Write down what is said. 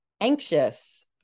anxious